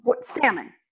Salmon